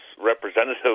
representative